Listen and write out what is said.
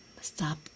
stop